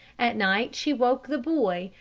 at night she woke the boy,